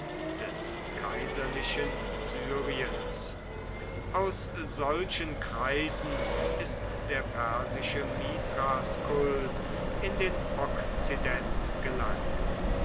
des kaiserlichen syriens aus solchen kreisen ist der persische mithraskult in den okzident gelangt